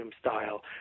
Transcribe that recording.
Style